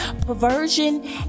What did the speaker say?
Perversion